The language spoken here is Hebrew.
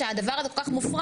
וכשהדבר הזה כל כך מופרד,